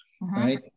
right